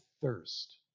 thirst